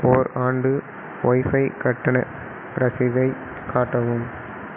ஓர் ஆண்டு ஒய்ஃபை கட்டண ரசீதைக் காட்டவும்